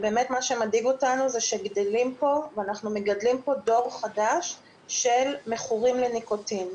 מה שמדאיג אותנו שאנחנו מגדלים פה דור חדש של מכורים לניקוטין.